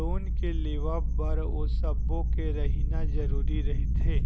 loan के लेवब बर ओ सब्बो के रहिना जरुरी रहिथे